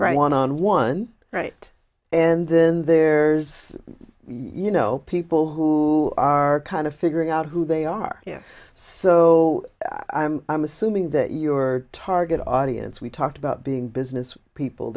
right one on one right and then there's you know people who are kind of figuring out who they are yes so i'm assuming that your target audience we talked about being business people